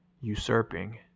usurping